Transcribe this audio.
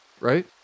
right